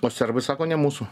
o serbai sako ne mūsų